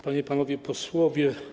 Panie i Panowie Posłowie!